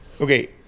okay